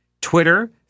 Twitter